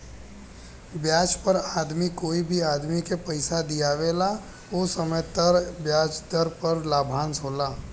ब्याज पर आदमी कोई भी आदमी के पइसा दिआवेला ओ समय तय ब्याज दर पर लाभांश होला